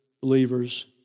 believers